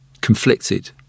conflicted